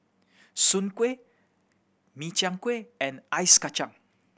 soon kway Min Chiang Kueh and Ice Kachang